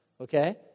Okay